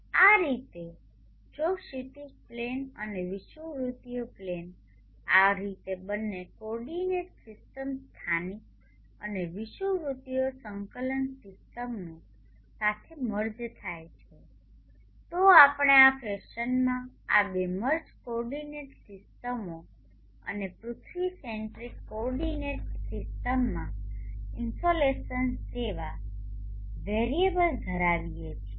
આ રીતે જો ક્ષિતિજ પ્લેન અને વિષુવવૃત્તીય પ્લેન આ રીતે બંને કોઓર્ડિનેટ સિસ્ટમ્સ સ્થાનિક અને વિષુવવૃત્તીય સંકલન સીસ્ટમઓ સાથે મર્જ થાય છે તો આપણે આ ફેશનમાં આ બે મર્જ કોઓર્ડિનેટ સિસ્ટમો અને પૃથ્વી સેન્ટ્રિક કોઓર્ડિનેંટ સિસ્ટમમાં ઇનસોલેશન્સ જેવા વેરિયેબલ્સ ધરાવીએ છીએ